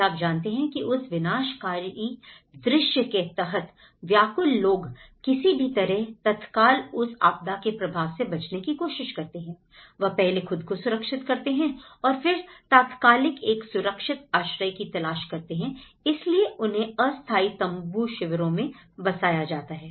क्या आप जानते हैं कि उस विनाशकारी दृश्य के तहत व्याकुल लोग किसी भी तरह तत्काल उस आपदा के प्रभाव से बचने की कोशिश करते हैं वह पहले खुद को सुरक्षित करते हैं और फिर तात्कालिक एक सुरक्षित आश्रय की तलाश करते हैं इसलिए उन्हें अस्थाई तंबू शिविरों में बसाया जाता है